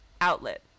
outlet